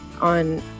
on